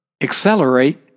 accelerate